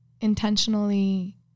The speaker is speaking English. Intentionally